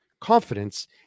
confidence